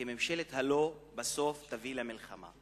כי ממשלת ה"לא" בסוף תביא למלחמה.